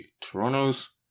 Toronto's